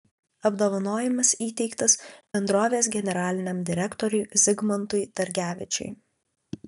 apdovanojimas įteiktas bendrovės generaliniam direktoriui zigmantui dargevičiui